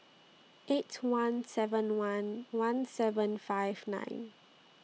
eight one seven one one seven five nine